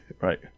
Right